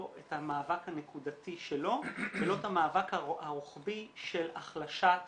את המאבק הנקודתי שלו ולא את המאבק הרוחבי של החלשת